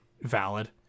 valid